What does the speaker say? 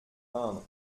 peindre